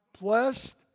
blessed